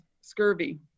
scurvy